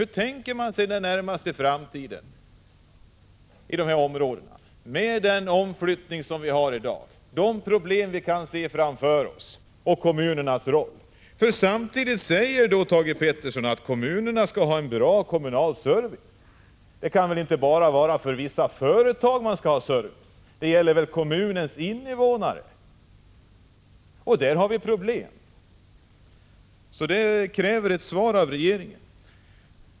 Hur tänker man sig den närmaste framtiden i dessa områden med den utflyttning som sker i dag och med de problem som vi kan se framför oss? Och vad händer med kommunernas roll? Thage Peterson säger ju också att man skall ha en bra kommunal service. Det kan väl inte bara vara för vissa företag som man skall ha service, utan det gäller väl också kommunernas invånare. I det avseendet har vi problem, och det krävs ett svar av regeringen.